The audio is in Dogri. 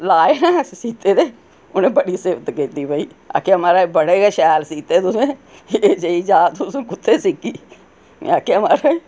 लाए ने सीते दे उ'नें बड़ी सिफ्त कीती भाई आखेआ माराज बडे़ गै शैल सीते तुसें एह् जेही जाच तुसें कुत्थै सिक्खी में आखेआ माराज